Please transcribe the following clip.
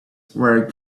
were